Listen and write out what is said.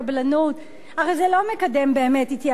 הרי זה לא מקדם באמת יעילות וחיסכון,